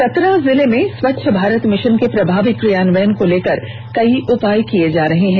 चतरा जिले में स्वच्छ भारत मिषन के प्रभावी क्रियान्वयन को लेकर कई उपाय किये जा रहे हैं